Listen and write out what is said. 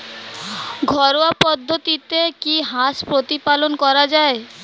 ঘরোয়া পদ্ধতিতে কি হাঁস প্রতিপালন করা যায়?